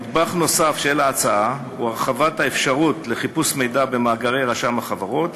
נדבך נוסף של ההצעה הוא הרחבת האפשרות לחיפוש מידע במאגרי רשם החברות